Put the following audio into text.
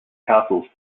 castles